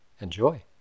Enjoy